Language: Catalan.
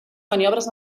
maniobres